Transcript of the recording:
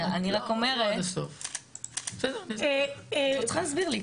אני רק אומרת --- את לא צריכה להסביר לי,